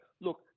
look